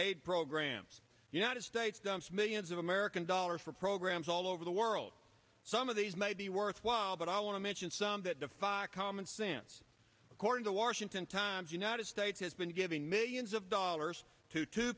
aid programs the united states dumps millions of american dollars for programs all over the world some of these might be worthwhile but i want to mention some that defies common sense according to washington times united states has been giving millions of dollars to t